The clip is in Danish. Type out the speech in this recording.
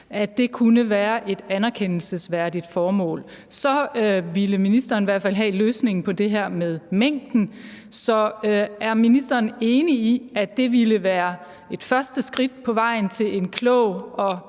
campingplads som et anerkendelsesværdigt formål. Så ville ministeren i hvert fald have løsningen på det her med mængden. Så er ministeren enig i, at det ville være et første skridt på vejen til en klog og